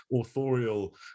authorial